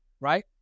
Right